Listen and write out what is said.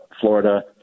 Florida